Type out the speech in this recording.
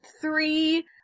three